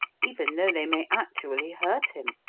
even though they may actually hurt him.